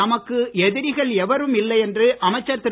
தமக்கு எதிரிகள் எவருமில்லை என்று அமைச்சர் திரு